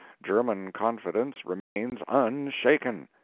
german confidence remains unshaken!